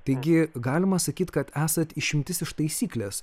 taigi galima sakyt kad esat išimtis iš taisyklės